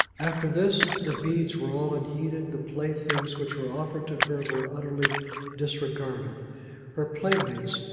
after this, the beads were all unheeded the playthings which were offered to her were utterly disregarded her playmates,